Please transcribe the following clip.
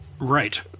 Right